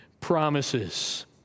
promises